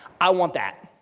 i want that,